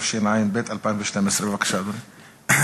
27), התשע"ב 2012. בבקשה, אדוני.